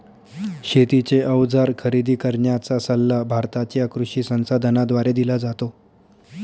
शेतीचे अवजार खरेदी करण्याचा सल्ला भारताच्या कृषी संसाधनाद्वारे दिला जातो